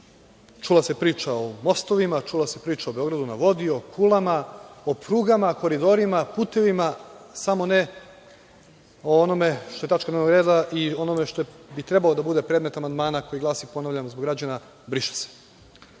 Čula se priča o mostovima, čula se priča o „Beogradu na vodi“, o kulama, o prugama, koridorima, putevima, samo ne o onome što je tačka dnevnog reda i o onome što bi trebalo da bude predmet amandmana koji glasi, ponavljam zbog građana, „briše